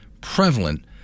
prevalent